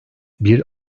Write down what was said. bir